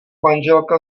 manželka